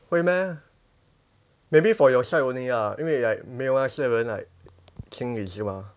会 meh maybe for your side only ah 因为 like 没有那些人清理是吗